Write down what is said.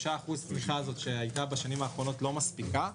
3% צמיחה שהייתה בשנים האחרונות לא מספיקה.